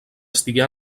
estigué